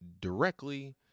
directly